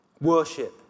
Worship